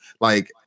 like-